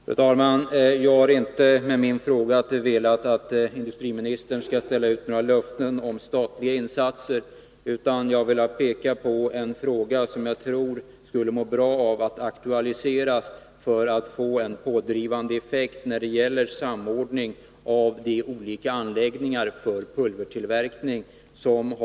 På grundval av ett åtta år gammalt kontrakt med Skellefteå kommun säger sig ledningen för Lundberg-Hymas AB vara tvingad att slå igen sin verksamhet vid sin lönsamma anläggning i Hudiksvall och koncentrera hela verksamheten till Skellefteå. Kommunen där är villig att betala 10,5 milj.kr. för gamla fabrikslokaler under förutsättning att företaget lägger ned driften i Hudiksvall och i stället utvidgar sin nuvarande anläggning i Skellefteå.